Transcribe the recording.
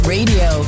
Radio